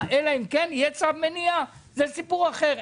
אלא אם כן יהיה צו מניעה שזה סיפור אחר.